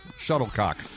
shuttlecock